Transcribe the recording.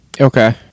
Okay